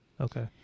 Okay